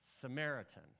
Samaritan